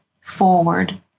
forward